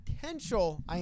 potential